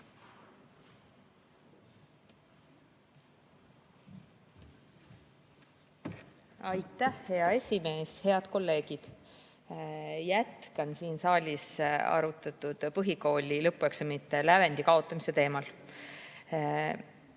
Aitäh, hea esimees! Head kolleegid! Jätkan siin saalis arutatud põhikooli lõpueksamite lävendi kaotamise teemal.